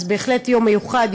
אז בהחלט יום מיוחד,